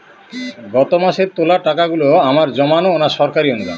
গত মাসের তোলা টাকাগুলো আমার জমানো না সরকারি অনুদান?